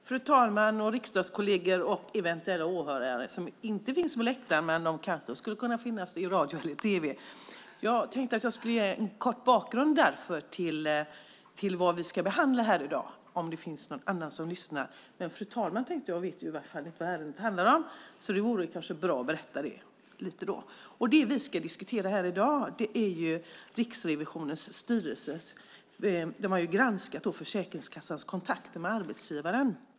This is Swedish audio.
Fru talman, riksdagskolleger och eventuella åhörare som inte finns på läktaren men kanske skulle kunna finnas vid sin radio eller tv! Jag tänkte att jag skulle ge en kort bakgrund till det vi ska behandla här i dag om det finns någon annan än fru talman som lyssnar och som kanske inte vet vad ärendet handlar om. Det vore kanske bra att berätta det. Det vi ska diskutera här i dag är en redogörelse från Riksrevisionens styrelse. De har granskat Försäkringskassans kontakter med arbetsgivaren.